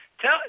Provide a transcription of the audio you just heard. tell